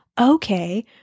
okay